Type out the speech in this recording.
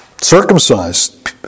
circumcised